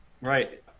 right